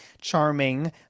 charming